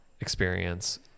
experience